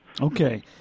Okay